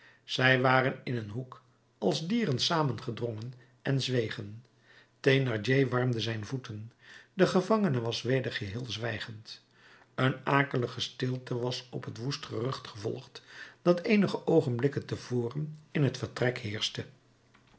zij waren in een hoek als dieren samengedrongen en zwegen thénardier warmde zijn voeten de gevangene was weder geheel zwijgend een akelige stilte was op het woest gerucht gevolgd dat eenige oogenblikken te voren in het vertrek heerschte